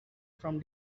from